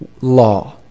law